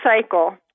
cycle